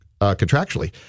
contractually